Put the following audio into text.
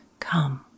Come